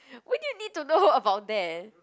why do you need to know about that